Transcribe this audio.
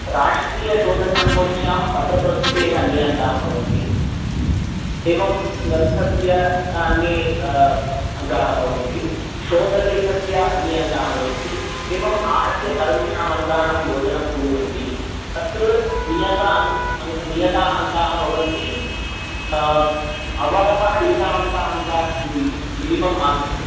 राष्ट्रीयशोधसङ्घोष्ठ्यां पत्रप्रस्तुतेः अन्ये अङ्काः भवन्ति एवं ग्रन्थस्य अन्ये अङ्काः भवन्ति शोधलेखस्य अन्ये अङ्काः भवन्ति आहत्य सर्वेषाम् अङ्कानां योजनं कुर्वन्ति तत्र नियता अङ्क् नियताः अङ्काः भवन्ति अवरतः एतावन्ताः अङ्काः स्युः इति मिनिमं मार्क्स्